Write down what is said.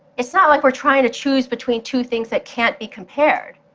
it's not like we're trying to choose between two things that can't be compared.